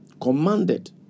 commanded